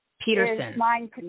Peterson